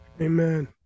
Amen